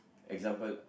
example